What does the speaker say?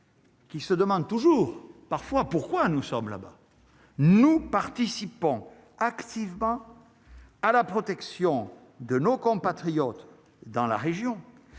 Qui se demandent toujours parfois pourquoi nous sommes là bas nous participons activement à la protection de nos compatriotes dans la région